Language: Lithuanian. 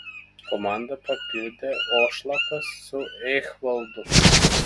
komandą papildė ošlapas su eichvaldu